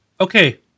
Okay